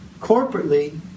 corporately